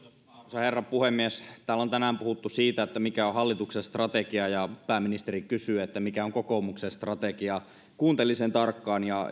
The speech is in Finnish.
herra puhemies täällä on tänään puhuttu siitä mikä on hallituksen strategia ja pääministeri kysyy mikä on kokoomuksen strategia kuuntelin sen tarkkaan ja